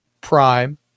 prime